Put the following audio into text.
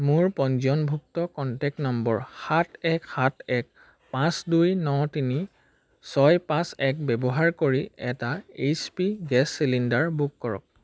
মোৰ পঞ্জীয়নভুক্ত contact number সাত এক সাত এক পাঁচ দুই ন তিনি ছয় পাঁচ এক ব্যৱহাৰ কৰি এটা H P gas cylinder book কৰক